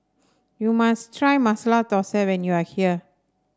you must try Masala Thosai when you are here